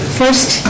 first